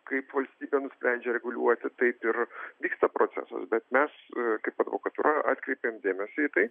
kaip valstybė nusprendžia reguliuoti taip ir vyksta procesas bet mes kaip advokatūra atkreipėm dėmesį į tai